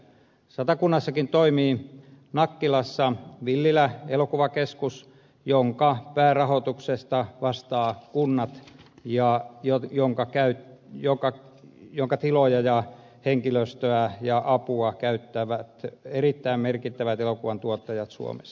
satakunnassakin toimii nakkilassa villilän elokuvakeskus jonka päärahoituksesta vastaavat kunnat ja jonka tiloja ja henkilöstöä ja apua käyttävät erittäin merkittävät elokuvantuottajat suomessa